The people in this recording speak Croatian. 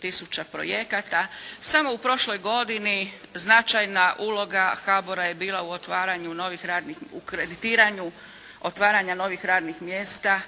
tisuća projekata. Samo u prošloj godini značajna uloga HBOR-a je bila u kreditiranju otvaranja novih radnih mjesta.